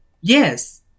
Yes